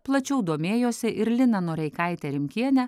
plačiau domėjosi ir liną noreikaitę rimkienę